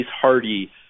hearty